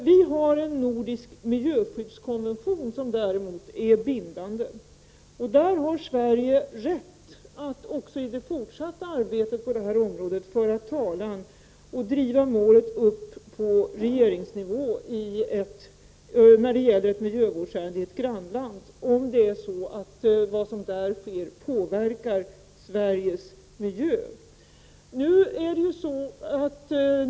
Vi har en nordisk miljöskyddskonvention, som däremot är bindande. Enligt denna har Sverige rätt att också i det fortsatta arbetet på detta område föra talan och driva mål upp till regeringsnivå när det gäller ett miljövårdsärende i ett grannland, om det som där sker påverkar Sveriges miljö.